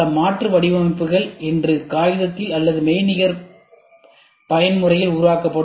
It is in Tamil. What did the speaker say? பல மாற்று வடிவமைப்புகள் இன்று காகிதத்தில் அல்லது மெய்நிகர் பயன்முறையில் உருவாக்கப்படும்